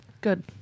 Good